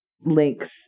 links